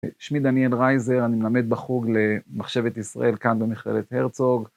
שמי דניאל רייזר, אני מלמד בחוג למחשבת ישראל כאן במכללת הרצוג.